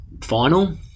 final